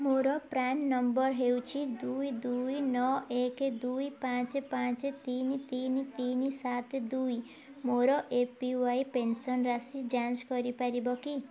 ମୋର PRAN number ହେଉଛି ଦୁଇ ଦୁଇ ନଅ ଏକେ ଦୁଇ ପାଞ୍ଚେ ପାଞ୍ଚେ ତିନି ତିନି ତିନି ସାତେ ଦୁଇ ମୋର ଏ ପି ୱାଇ ପେନ୍ସନ୍ ରାଶି ଯାଞ୍ଚ କରିପାରିବ କି